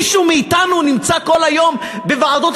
מישהו מאתנו נמצא כל היום בוועדות